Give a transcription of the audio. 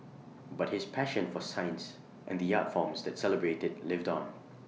but his passion for science and the art forms that celebrate IT lived on